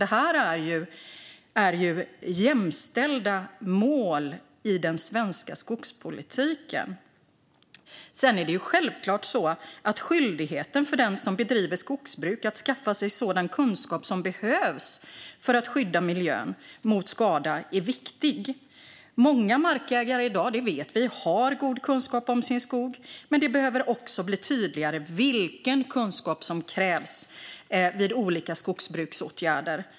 Detta är jämställda mål i den svenska skogspolitiken. Sedan är självklart skyldigheten för den som bedriver skogsbruk att skaffa sig sådan kunskap som behövs för att skydda miljön mot skada viktig. Många markägare i dag har god kunskap om sin skog, det vet vi. Men det behöver också bli tydligare vilken kunskap som krävs vid olika skogsbruksåtgärder.